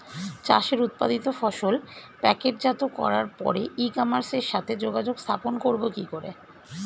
চাষের উৎপাদিত ফসল প্যাকেটজাত করার পরে ই কমার্সের সাথে যোগাযোগ স্থাপন করব কি করে?